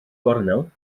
gornel